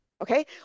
Okay